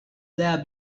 there